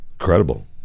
Incredible